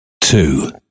two